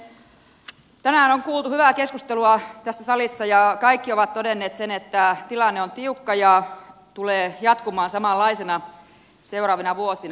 tänään on kuultu hyvää keskustelua tässä salissa ja kaikki ovat todenneet sen että tilanne on tiukka ja tulee jatkumaan samanlaisena seuraavina vuosina